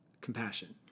compassion